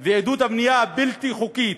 ולעידוד הבנייה הבלתי-חוקית